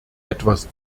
etwas